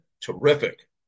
terrific